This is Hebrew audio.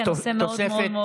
כי הנושא מאוד מאוד חשוב.